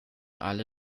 alle